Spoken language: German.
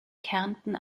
kärnten